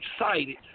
excited